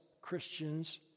Christians